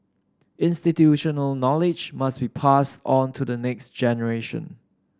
institutional knowledge must be passed on to the next generation